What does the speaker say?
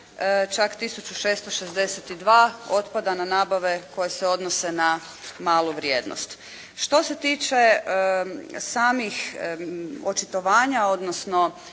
čak 1662 otpada na nabave koje se odnose na malu vrijednost. Što se tiče samih očitovanja odnosno